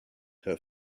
her